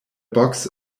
box